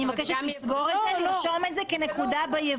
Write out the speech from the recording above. אני מבקשת לרשום את זה כנקודה ביבוא.